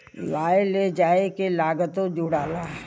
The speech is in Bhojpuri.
लाए ले जाए के लागतो जुड़ाला